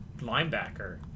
linebacker